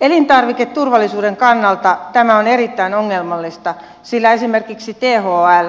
elintarviketurvallisuuden kannalta tämä on erittäin ongelmallista sillä esimerkiksi thl